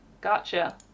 gotcha